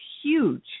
huge